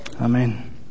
Amen